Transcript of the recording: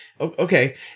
Okay